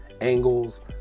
angles